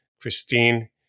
Christine